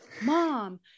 mom